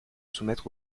soumettre